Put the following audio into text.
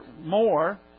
more